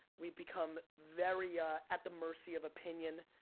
we've become very ah at the mercy of opinion,